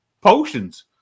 potions